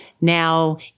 Now